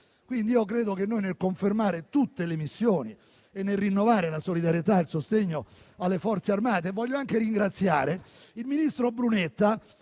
instabilità. Pertanto, nel confermare tutte le missioni e nel rinnovare la solidarietà e il sostegno alle Forze armate, voglio anche ringraziare il ministro Brunetta.